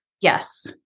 Yes